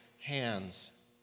hands